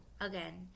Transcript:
again